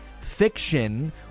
fiction